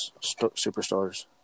superstars